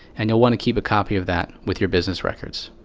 and you'll want to keep a copy of that with your business records.